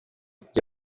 gihe